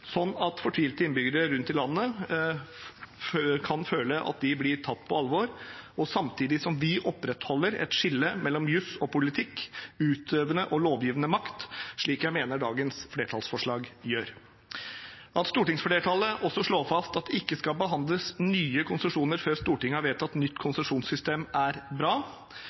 at fortvilte innbyggere rundt i landet kan føle at de blir tatt på alvor, samtidig som vi opprettholder et skille mellom juss og politikk, utøvende og lovgivende makt, slik jeg mener dagens flertallsforslag gjør. At stortingsflertallet også slår fast at det ikke skal behandles nye konsesjoner før Stortinget har vedtatt et nytt konsesjonssystem, er bra,